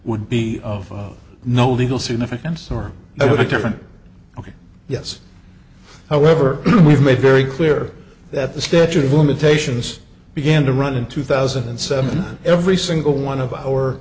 would be of no legal significance or the different ok yes however we've made very clear that the statute of limitations began to run in two thousand and seven every single one of our